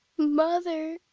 mother!